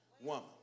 woman